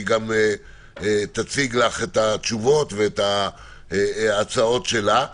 ותיכף סיגל תציג לך את התשובות ואת ההצעות שלה.